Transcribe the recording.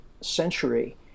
century